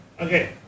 Okay